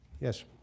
Yes